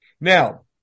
Now